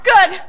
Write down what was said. Good